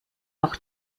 auch